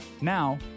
Now